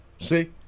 See